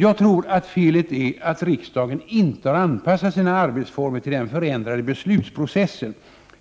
Jag tror att felet är att riksdagen inte har anpassat sina arbetsreformer till den förändrade beslutsprocessen.